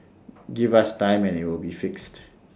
give us time and IT will be fixed